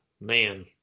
man